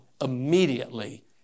immediately